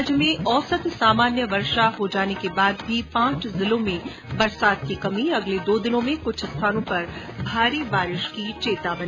राज्य में औसत सामान्य वर्षा हो जाने के बाद भी पांच जिलों में बरसात की कमी अगले दो दिनों में कुछ स्थानों पर भारी बारिश की चेतावनी